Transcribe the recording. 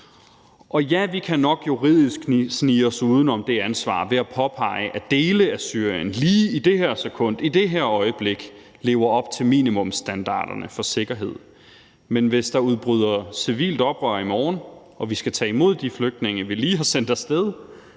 Og ja, vi kan nok juridisk snige os uden om det ansvar ved at påpege, at dele af Syrien lige i det her sekund, i det her øjeblik, lever op til minimumsstandarderne for sikkerhed, men hvis der udbryder civilt oprør i morgen og vi så skal tage imod de flygtninge, som vi lige har sendt af sted,